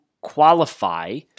qualify